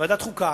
לוועדת החוקה,